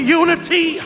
unity